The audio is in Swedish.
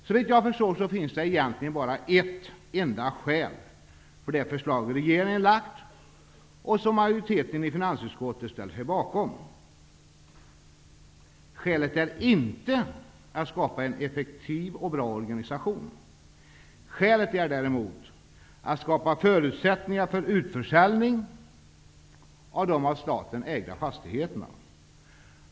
Såvitt jag förstår finns det egentligen bara ett enda skäl till det förslag som regeringen har lagt fram och som majoriteten i finansutskottet har ställt sig bakom. Skälet är inte att skapa en effektiv och bra organisation. Skälet är däremot att skapa förutsättningar för utförsäljning av de av staten ägda fastigheterna.